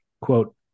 Quote